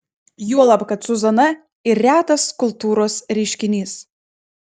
juolab kad zuzana ir retas kultūros reiškinys